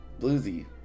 Bluesy